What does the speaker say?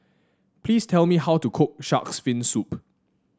please tell me how to cook shark's fin soup